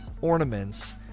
ornaments